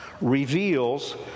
reveals